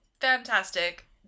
fantastic